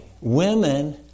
Women